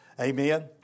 amen